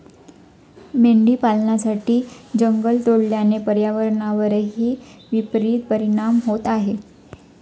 मेंढी पालनासाठी जंगल तोडल्याने पर्यावरणावरही विपरित परिणाम होत आहे